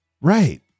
Right